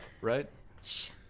right